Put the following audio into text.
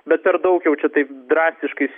bet ar daug jau čia taip drastiškai